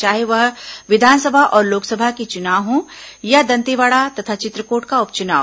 चाहे वह विधानसभा और लोकसभा के चुनाव हो या दंतेवाड़ा तथा चित्रकोट का उप चुनाव